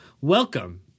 welcome